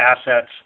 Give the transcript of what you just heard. assets